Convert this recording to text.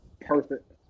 Perfect